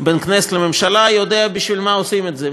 בין כנסת לממשלה יודע בשביל מה עושים את זה.